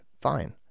fine